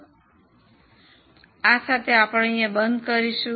તેથી આ સાથે આપણે અહીં બંધ કરીશું